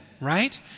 right